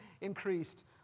increased